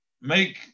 make